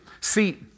See